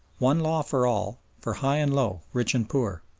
one law for all, for high and low, rich and poor.